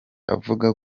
avuga